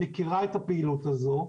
מכירה את הפעילות הזו.